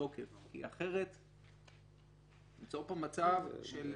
לתוקף כי אחרת ניצור פה מצב של